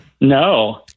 No